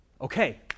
Okay